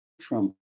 Trump